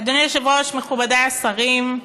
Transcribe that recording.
אדוני היושב-ראש, מכובדי השרים,